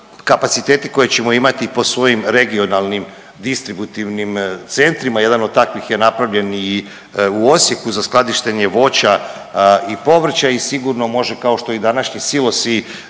kapaciteti koje ćemo imati po svojim regionalnim distributivnim centrima. Jedan od takvih je napravljen i u Osijeku za skladištenje voća i povrća i sigurno može kao što i današnji silosi